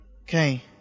Okay